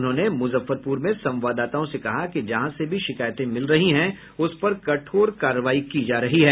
उन्होंने मुजफ्फरपुर में संवाददाताओं से कहा कि जहां से भी शिकायतें मिल रही हैं उस पर कठोर कार्रवाई की जा रही है